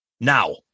Now